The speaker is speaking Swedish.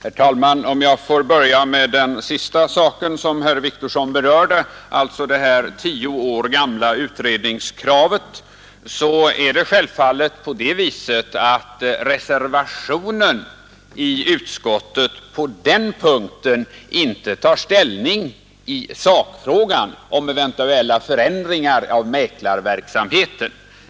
Herr talman! Jag ber att få börja med den sista saken som herr Wictorsson berörde, det tio år gamla utredningskravet. Självfallet tar reservationen i utskottet på den punkten inte ställning till frågan om eventuella förändringar i mäklarverksamheten.